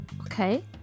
okay